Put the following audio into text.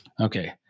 Okay